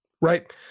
right